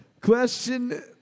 Question